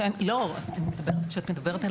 כשאת מדברת על